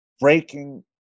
breaking